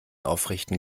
aufrechten